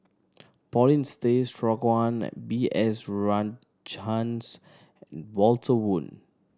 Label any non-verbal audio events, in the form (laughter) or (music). Paulin (unintelligible) Straughan and B S Rajhans Walter Woon